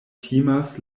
timas